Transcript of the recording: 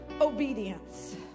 obedience